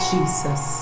Jesus